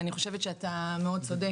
אני חושבת שאתה צודק מאוד,